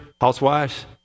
Housewives